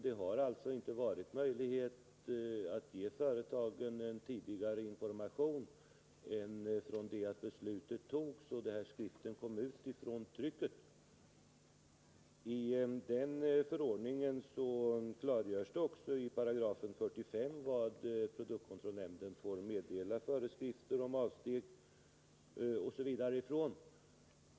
Det har därför inte varit någon möjlighet att ge företagen en tidigare information än från den tidpunkt då beslutet fattades och skriften kom ut från trycket. I förordningens 45 § klargörs det också på vilka punkter produktkontroll Nr 54 nämnden får meddela föreskrifter om avsteg från bestämmelserna.